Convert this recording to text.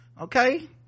okay